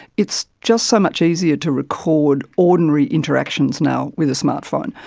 it's just so much easier to record ordinary interactions now with a smart phone.